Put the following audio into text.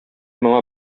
моңа